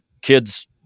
kids